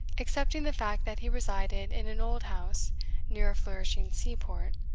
excepting the fact that he resided in an old house near a flourishing seaport,